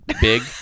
big